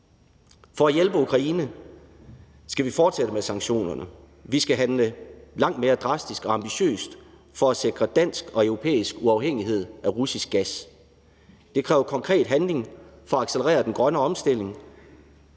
For at hjælpe Ukraine skal vi fortsætte med sanktionerne. Vi skal handle langt mere drastisk og ambitiøst for at sikre en dansk og europæisk uafhængighed af russisk gas. Det kræver konkret handling for at accelerere den grønne omstilling